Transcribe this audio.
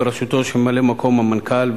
בראשותו של ממלא-מקום המנכ"ל,